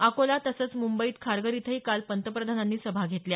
अकोला तसंच मंबईत खारघर इथंही काल पंतप्रधानांनी सभा घेतल्या